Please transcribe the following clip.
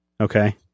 Okay